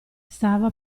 stava